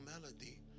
melody